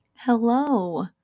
Hello